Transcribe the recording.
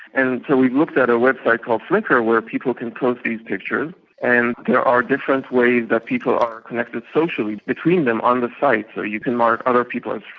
and so we looked at a website called flickr where people can post these pictures and there are different ways that people are connected socially between them on the site, so you can mark other people as